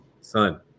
son